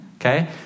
okay